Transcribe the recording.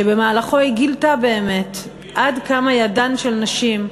שבמהלכו היא גילתה באמת עד כמה ידן של נשים,